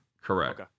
correct